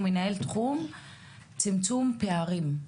שהוא מנהל תחום צמצום פערים.